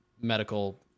medical